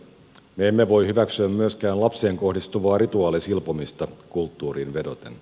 me emme voi hyväksyä myöskään lapseen kohdistuvaa rituaalisilpomista kulttuuriin vedoten